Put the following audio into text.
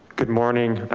good morning,